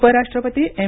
उपराष्ट्रपती एम